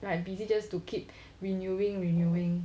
they are busy just to keep renewing renewing